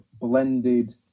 blended